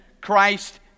Christ